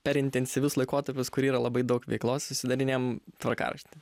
per intensyvius laikotarpius kur yra labai daug veiklos susidarinėjam tvarkaraštį